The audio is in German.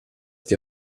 die